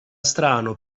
strano